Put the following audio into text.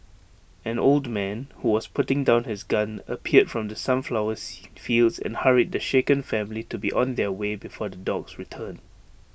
an old man who was putting down his gun appeared from the sunflowers fields and hurried the shaken family to be on their way before the dogs return